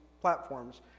platforms